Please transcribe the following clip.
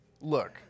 Look